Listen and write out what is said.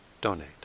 donate